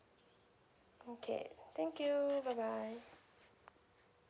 okay thank you bye bye